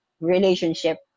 relationship